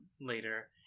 later